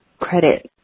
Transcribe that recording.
credit